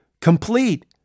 complete